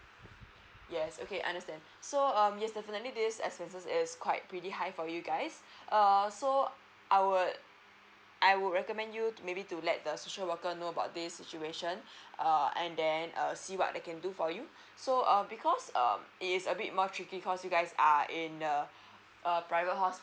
yes okay understand so um yes definitely this expenses is quite pretty high for you guys err so I would I would recommend you to maybe to let the social worker know about this situation err and then err see what they can do for you so um because um it's a bit more tricky cause you guys are in a a private hospital